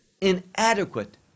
inadequate